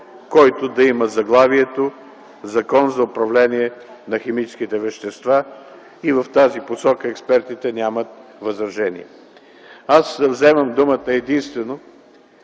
който да има заглавието „Закон за управление на химическите вещества” – и в тази посока експертите нямат възражения. Аз вземам думата единствено,